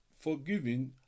forgiving